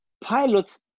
pilots